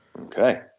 Okay